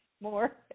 more